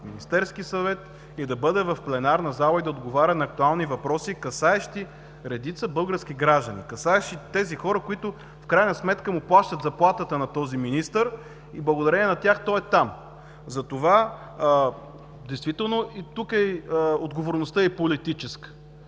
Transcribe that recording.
Министерският съвет, да бъде в пленарната зала и да отговаря на актуални въпроси, касаещи редица български граждани, касаещи тези хора, които в крайна сметка плащат заплатата на този министър и благодарение на тях той е там. Действително и тук отговорността е политическа